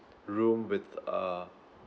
room with a